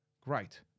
Great